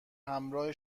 همراه